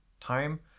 time